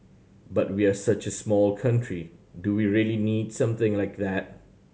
but we're such a small country do we really need something like that